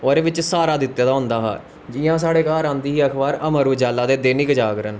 ओह्दे बिच्च सारा दित्ते दे होंदा हा जियां साढ़े घर आंदी ही अमर उजाला ते दैनिक जागरन